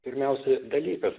pirmiausia dalykas